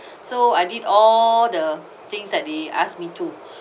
so I did all the things that they ask me to